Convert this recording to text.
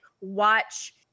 watch